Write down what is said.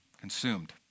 consumed